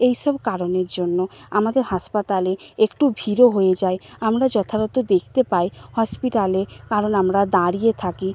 এই সব কারণের জন্য আমাদের হাসপাতালে একটু ভিড়ও হয়ে যায় আমরা যথারত দেখতে পাই হসপিটালে কারণ আমরা দাঁড়িয়ে থাকি